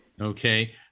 Okay